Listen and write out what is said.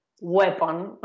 weapon